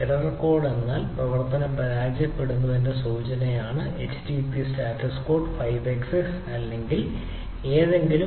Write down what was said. error code എന്നാൽ പ്രവർത്തനം പരാജയപ്പെട്ടുവെന്നതിന്റെ സൂചനയാണ് http സ്റ്റാറ്റസ് കോഡ് 5xx അല്ലെങ്കിൽ എന്തെങ്കിലും